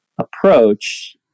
approach